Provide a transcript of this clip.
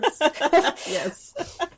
Yes